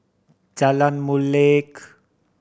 Jalan Molek